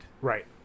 Right